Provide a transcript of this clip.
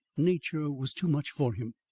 nature was too much for him,